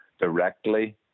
directly